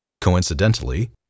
Coincidentally